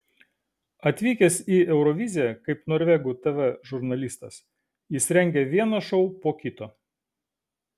atvykęs į euroviziją kaip norvegų tv žurnalistas jis rengia vieną šou po kito